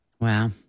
Wow